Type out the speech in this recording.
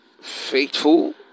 faithful